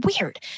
weird